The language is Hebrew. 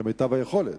כמיטב היכולת.